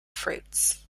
fruits